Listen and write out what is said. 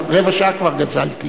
רבע שעה כבר גזלתי